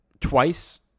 twice